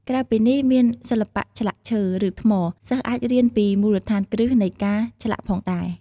ក្រៅពីនេះ មានសិល្បៈឆ្លាក់ឈើ ឬថ្ម សិស្សអាចរៀនពីមូលដ្ឋានគ្រឹះនៃការឆ្លាក់ផងដែរ។